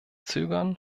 zögern